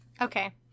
Okay